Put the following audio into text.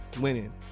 winning